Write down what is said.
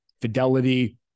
Fidelity